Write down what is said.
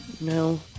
No